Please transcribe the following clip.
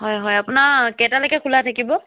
হয় হয় আপোনাৰ কেইটালৈকে খোলা থাকিব